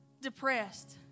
Depressed